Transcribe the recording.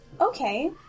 Okay